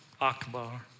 Akbar